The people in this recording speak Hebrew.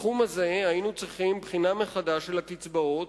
בתחום הזה היינו צריכים בחינה מחדש של הקצבאות,